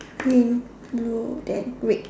green blue then red